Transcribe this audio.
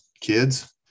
kids